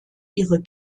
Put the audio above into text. ihre